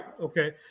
Okay